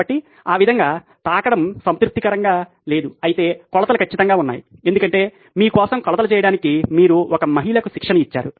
కాబట్టి ఆ విధంగా తాకడం సంతృప్తికరంగా లేదు అయితే కొలతలు ఖచ్చితంగా ఉన్నాయి ఎందుకంటే మీ కోసం కొలతలు చేయడానికి మీరు ఒక మహిళకు శిక్షణ ఇచ్చారు